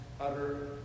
utter